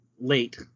late